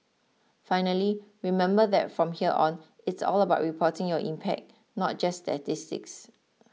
finally remember that from here on it's all about reporting your impact not just statistics